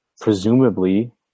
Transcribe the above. presumably